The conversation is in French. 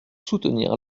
soutenir